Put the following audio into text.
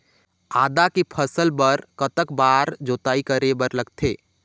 आदा के फसल बर कतक बार जोताई करे बर लगथे?